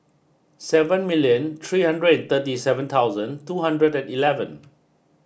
seven million three hundred thirty seven thousand two hundred and eleven